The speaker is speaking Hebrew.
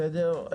בסדר.